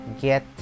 get